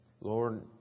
Lord